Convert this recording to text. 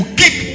keep